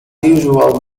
usual